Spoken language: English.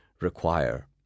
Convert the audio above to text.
require